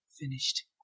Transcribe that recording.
finished